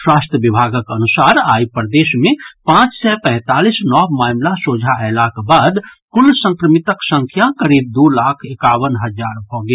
स्वास्थ्य विभागक अनुसार आइ प्रदेश मे पांच सय पैंतालीस नव मामिला सोझा अयलाक बाद कुल संक्रमितक संख्या करीब दू लाख एकावन हजार भऽ गेल